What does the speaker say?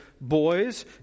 boys